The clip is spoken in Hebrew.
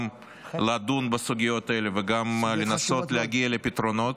גם לדון בסוגיות האלה וגם לנסות להגיע לפתרונות,